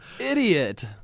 idiot